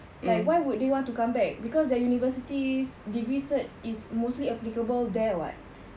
like why would they want to come back because their university degree cert is mostly applicable there [what]